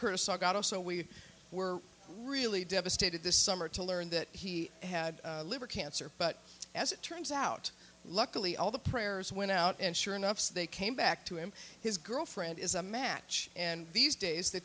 curtis agogo so we were really devastated this summer to learn that he had liver cancer but as it turns out luckily all the prayers went out and sure enough they came back to him his girlfriend is a match and these days the